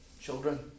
children